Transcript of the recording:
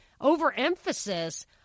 overemphasis